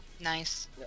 Nice